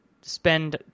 spend